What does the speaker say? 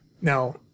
Now